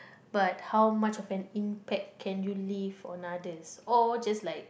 but how much of an impact can you leave on others or just like